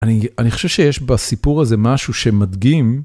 אני, אני חושב שיש בסיפור הזה משהו שמדגים,